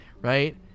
right